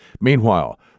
Meanwhile